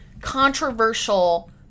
controversial